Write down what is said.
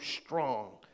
strong